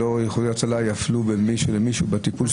הם לא יפלו בין מישהו למישהו בטיפול.